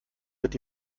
wird